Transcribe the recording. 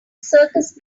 circus